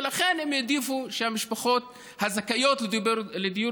ולכן הם העדיפו שהמשפחות הזכאיות לדיור